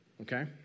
okay